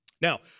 Now